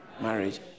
marriage